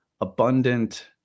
abundant